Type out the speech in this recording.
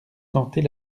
tenter